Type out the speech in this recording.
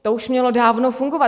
To už mělo dávno fungovat!